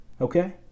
Okay